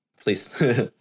please